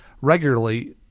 regularly